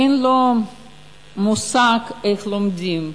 אין לו מושג איך לומדים,